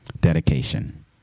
dedication